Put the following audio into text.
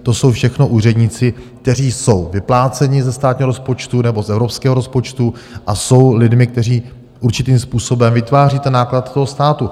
To jsou všechno úředníci, kteří jsou vypláceni ze státního rozpočtu nebo z evropského rozpočtu a jsou lidmi, kteří určitým způsobem vytváří náklad toho státu.